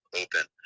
open